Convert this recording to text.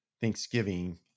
Thanksgiving